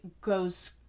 goes